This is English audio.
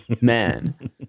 man